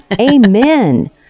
Amen